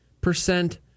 percent